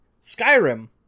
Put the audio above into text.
Skyrim